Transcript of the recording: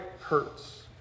hurts